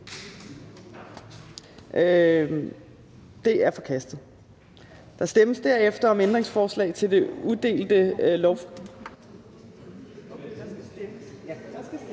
er forkastet. Der stemmes derefter om ændringsforslag til det udelte lovforslag.